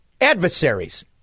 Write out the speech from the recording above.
adversaries